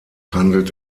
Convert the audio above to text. handelt